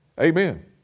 Amen